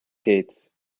gates